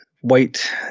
white